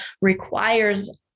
requires